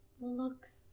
looks